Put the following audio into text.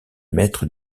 maîtres